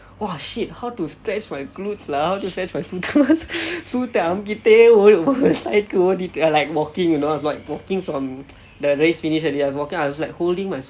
!wah! shit how to stretch my glutes lah how to stretch my சூத்தை:suuthai அமுக்கிக்கிட்டே ஒரு:amukikitte oru side ஓடிட்டேன்:oditen like walking you know I was walking from the race finish already I was like holding my